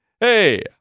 Hey